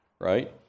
Right